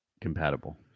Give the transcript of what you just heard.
compatible